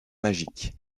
magiques